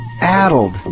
Addled